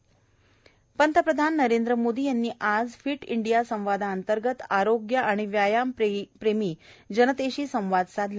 fit India पंतप्रधान नरेंद्र मोदी यांनी आज फिट इंडिया संवादाअंतर्गत आरोग्य आणि व्यायामप्रेमी जनतेशी संवाद साधला